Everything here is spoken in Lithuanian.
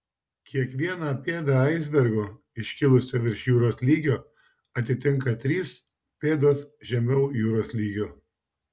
kiekvieną pėdą aisbergo iškilusio virš jūros lygio atitinka trys pėdos žemiau jūros lygio